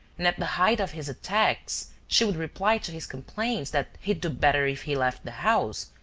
and at the height of his attacks she would reply to his complaints that he'd do better if he left the house,